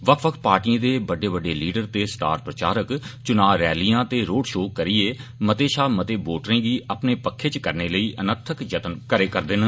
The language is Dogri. बक्ख बक्ख पार्टियें दे बड्डे बड्डे लीडर ते स्टार प्रचारक च्ना रैलियां ते रोड शो करियै मते शा मते वोटरें गी अपने पक्खै च करने लेई अनथक जत्तन करै करदे न